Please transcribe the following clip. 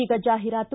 ಈಗ ಜಾಹೀರಾತು